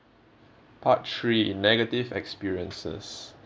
part three negative experiences